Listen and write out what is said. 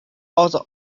also